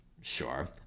Sure